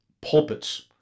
pulpits